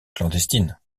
clandestine